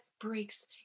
breaks